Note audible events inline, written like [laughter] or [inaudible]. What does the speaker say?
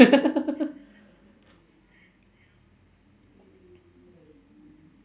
[laughs]